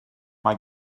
mae